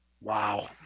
Wow